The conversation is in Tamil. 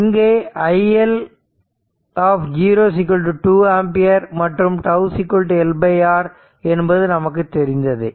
இங்கே i L 0 2 ஆம்பியர் மற்றும் τ L R என்பது நமக்கு தெரிந்ததே